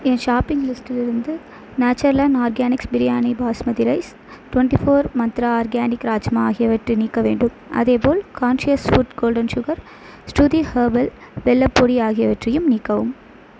என் shopping லிஸ்டிலிருந்து nature land organics biryani basmati rice twenty four Mantra organic rajma ஆகியவற்றை நீக்க வேண்டும் அதேப்போல் conscious food golden sugar Shruti herbal வெல்லப் பொடி ஆகியவற்றையும் நீக்கவும்